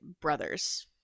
brothers